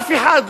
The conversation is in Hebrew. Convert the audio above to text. אף אחד,